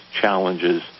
challenges